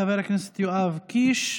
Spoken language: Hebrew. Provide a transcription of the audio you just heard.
חבר הכנסת יואב קיש,